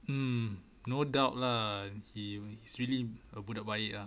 mm no doubt lah he is really a budak baik lah